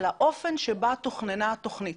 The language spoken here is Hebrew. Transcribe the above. על האופן בה תוכננה התוכנית.